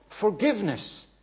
forgiveness